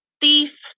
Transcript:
thief